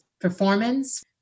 performance